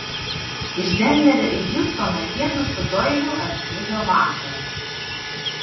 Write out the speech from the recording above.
iš denverio į hjustoną jiedu su doiliu atskrido vakar